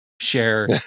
share